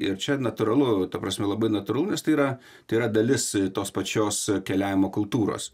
ir čia natūralu ta prasme labai natūralu nes tai yra tai yra dalis tos pačios keliavimo kultūros